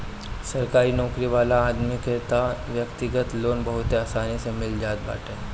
सरकारी नोकरी वाला आदमी के तअ व्यक्तिगत लोन बहुते आसानी से मिल जात बाटे